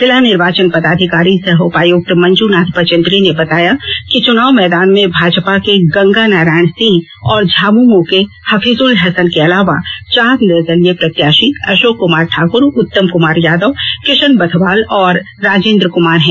जिला निर्वाचन पदाधिकारी सह उपायुक्त मंजूनाथ भजंत्री ने बताया कि चूनाव मैदान में भाजपा के गंगा नारायण सिंह और झामुमो के हफिजुल हसन के अलावा चार निर्दलीय प्रत्याशी अशोक कुमार ठाकुर उत्तम कुमार यादव किशन बथवाल और राजेन्द्र कुमार है